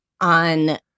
on